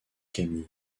camille